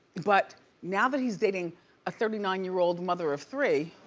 but now that he's dating a thirty nine year old mother of three,